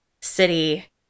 city